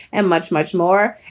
and much, much more.